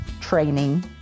training